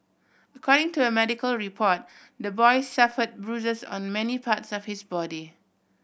according to a medical report the boy suffered bruises on many parts of his body